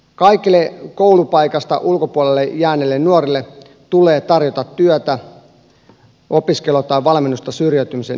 kaikille koulupaikasta ulkopuolelle jääneille nuorille tulee tarjota työtä opiskelua tai valmennusta syrjäytymisen ehkäisemiseksi